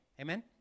Amen